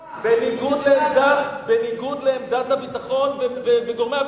האקטיביזם השיפוטי, הביטחון וגורמי הביטחון,